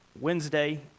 Wednesday